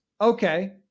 Okay